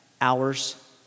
hours